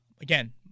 Again